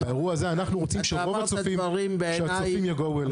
באירוע הזה אנחנו רוצים שרוב הצופים יבואו אלינו.